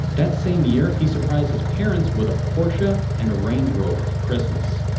that same year, he surprised his parents with a porsche and a range rover for christmas.